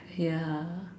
ya